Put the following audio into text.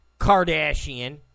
Kardashian